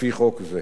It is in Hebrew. לפי חוק זה.